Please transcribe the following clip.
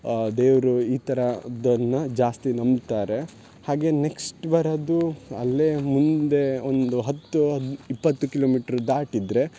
ದೇವರು ಈ ಥರದ್ದನ್ನ ಜಾಸ್ತಿ ನಂಬ್ತಾರೆ ಹಾಗೆ ನೆಕ್ಸ್ಟ್ ಬರೋದು ಅಲ್ಲೇ ಮುಂದೆ ಒಂದು ಹತ್ತು ಇಪ್ಪತ್ತು ಕಿಲೋಮಿಟ್ರು ದಾಟಿದರೆ